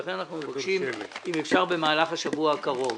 לכן אנחנו מבקשים אם אפשר במהלך השבוע הקרוב